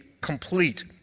complete